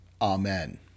Amen